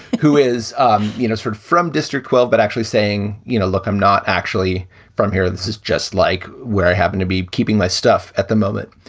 who is um you know is heard from district twelve, but actually saying, you know, look, i'm not actually from here this is just like where i happen to be keeping my stuff at the moment,